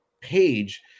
page